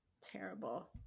terrible